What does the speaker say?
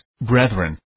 Brethren